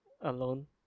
alone